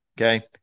okay